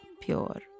pure